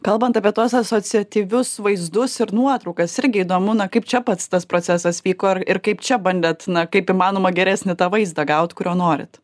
kalbant apie tuos asociatyvius vaizdus ir nuotraukas irgi įdomu na kaip čia pats tas procesas vyko ir kaip čia bandėt na kaip įmanoma geresį tą vaizdą gaut kurio norit